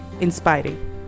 Inspiring